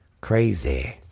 Crazy